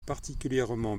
particulièrement